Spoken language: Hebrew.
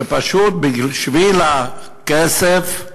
שפשוט, בשביל הכסף,